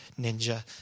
ninja